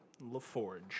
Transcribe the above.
LaForge